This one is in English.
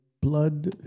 Blood